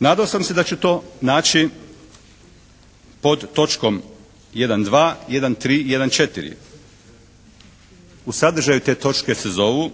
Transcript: Nadao sam se da će to naći pod točkom 1.2., 1.3. i 1.4. U sadržaju, te točke se zovu: